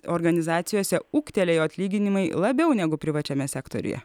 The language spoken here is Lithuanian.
organizacijose ūgtelėjo atlyginimai labiau negu privačiame sektoriuje